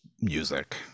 music